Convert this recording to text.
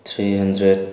three hundred